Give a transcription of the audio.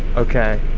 okay?